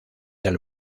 del